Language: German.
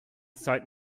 zeit